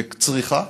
בצריכה?